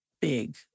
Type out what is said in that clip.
big